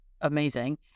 amazing